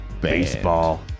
Baseball